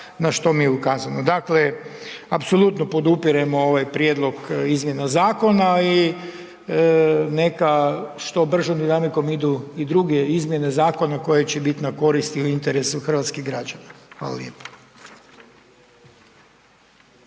na što mi je ukazano. Dakle, apsolutno podupirem ovaj prijedlog izmjena zakona i neka što bržom dinamikom idu i druge izmjene zakona koji će biti na korist ili interesu hrvatskih građana. Hvala lijepo.